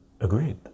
agreed